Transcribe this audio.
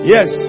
Yes